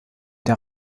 der